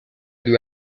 due